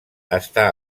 està